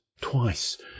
twice